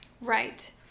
right